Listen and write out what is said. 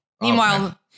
Meanwhile